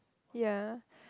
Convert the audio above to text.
ya